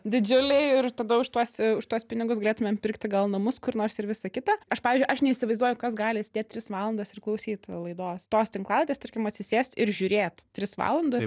didžiuliai ir tada už tuos už tuos pinigus galėtumėm pirkti gal namus kur nors ir visa kita aš pavyzdžiui aš neįsivaizduoju kas gali sėdėt tris valandas ir klausyt laidos tos tinklalaidės tarkim atsisėst ir žiūrėt tris valandas